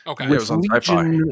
okay